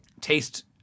taste